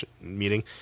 meeting